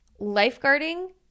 Lifeguarding